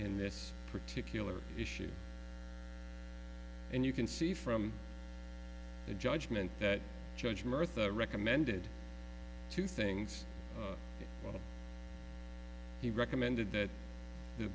in this particular issue and you can see from the judgment that judge murtha recommended two things he recommended that the